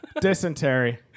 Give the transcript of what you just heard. dysentery